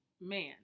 man